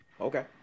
okay